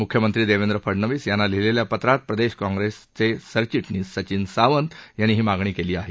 मृख्यमंत्री देवेंद्र फडनवीस यांना लिहीलेल्या पत्रात प्रदेश काँग्रेसचे सरचिटणीस सचिन सावंत यांनी ही मागणी केली आहे